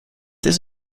ist